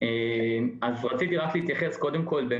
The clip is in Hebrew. קודם כל,